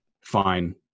fine